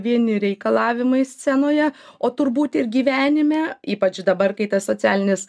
vieni reikalavimai scenoje o turbūt ir gyvenime ypač dabar kai tas socialinis